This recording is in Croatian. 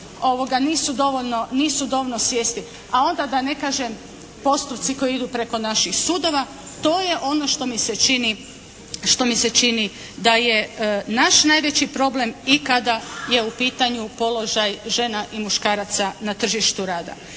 nisu dovoljno svjesni a onda da ne kažem postupci koji idu preko naših sudova to je ono što mi se čini da je naš najveći problem i kada je u pitanju položaj žena i muškaraca na tržištu rada.